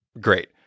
Great